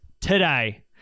today